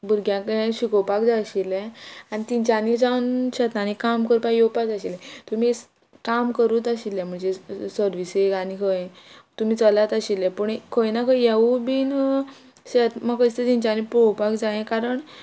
भुरग्यांक शिकोवपाक जाय आशिल्लें आनी तेंच्यांनी जावन शेतांनी काम करपाक येवपा जाय आशिल्लें तुमी काम करूत आशिल्ले म्हणजे सर्विसीक आनी खंय तुमी चलत आशिल्ले पूण खंय ना खंय येवूय बीन शेत म्हाका तेंच्यांनी पळोवपाक जाय कारण